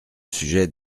sujet